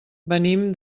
venim